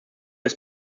des